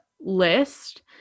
list